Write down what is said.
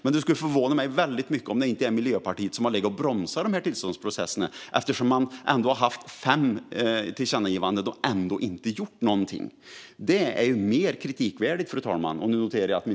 Men det skulle förvåna mig väldigt mycket om det inte är Miljöpartiet som har bromsat tillståndsprocesserna eftersom det kom fem tillkännagivanden och man ändå inte gjorde något. Detta är mer värt att kritisera, fru talman.